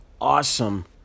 awesome